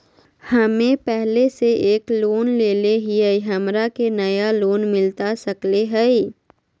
हमे पहले से एक लोन लेले हियई, हमरा के नया लोन मिलता सकले हई?